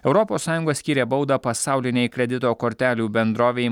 europos sąjunga skyrė baudą pasaulinei kredito kortelių bendrovei